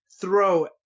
throw